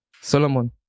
solomon